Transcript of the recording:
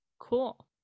Cool